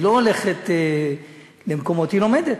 היא לא הולכת למקומות, היא לומדת.